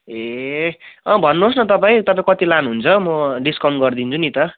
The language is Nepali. ए अँ भन्नुहोस् न तपाईँ तपाईँ कति लानुहुन्छ म डिसकाउन्ट गरिदिन्छु नि त